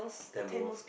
Tamil